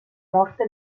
morte